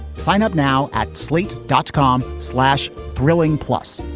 sign up now at slate dot com slash. thrilling. plus,